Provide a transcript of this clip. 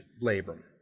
labor